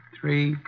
Three